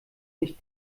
nicht